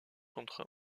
contre